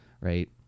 Right